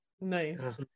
nice